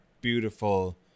beautiful